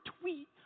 tweet